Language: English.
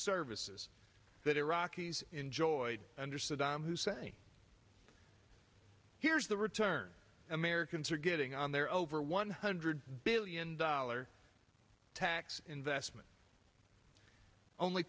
services that iraq enjoyed under saddam hussein here's the return americans are getting on their over one hundred billion dollar tax investment only